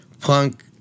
punk